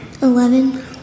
Eleven